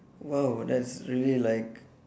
!wow! that's really like